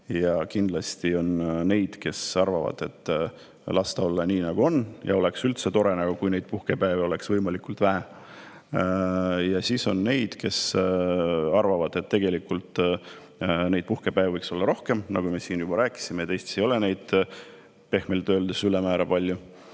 kindlasti on neid, kes arvavad, et las olla nii, nagu on, ja oleks üldse tore, kui puhkepäevi oleks võimalikult vähe, ja siis on neid, kes arvavad, et tegelikult puhkepäevi võiks olla rohkem, nagu me siin juba rääkisime, kuna Eestis ei ole neid, pehmelt öeldes, ülemäära palju